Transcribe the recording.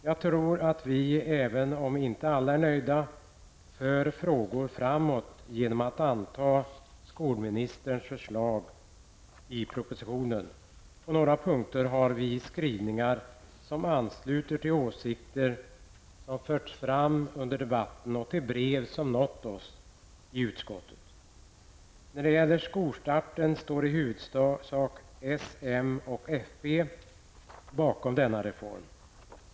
Jag tror att vi -- även om inte alla är nöjda -- för frågor framåt genom att anta skolministens förslag i propositionen. På några punkter har vi skrivningar som ansluter till åsikter som förts fram i debatten och i brev till oss i utskottet. När det gäller skolstarten står i huvudsak s, m och fp bakom denna reform.